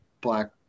black